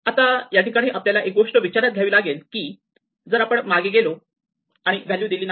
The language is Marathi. आता या ठिकाणी आपल्याला एक गोष्ट विचारात घ्यावी लागेल की जर आपण मागे गेलो आणि व्हॅल्यू दिली नाही